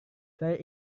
saya